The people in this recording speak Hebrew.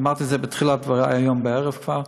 אמרתי את זה בתחילת דברי היום בערב כבר,